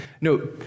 No